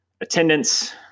attendance